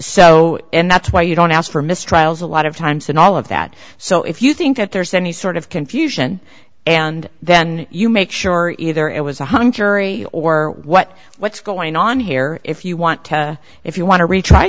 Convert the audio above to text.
jeopardy and so that's why you don't ask for mistrials a lot of times in all of that so if you think that there's any sort of confusion and then you make sure either it was a hung jury or what what's going on here if you want to if you want to retry